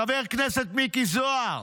חבר הכנסת מיקי זוהר: